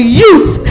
youth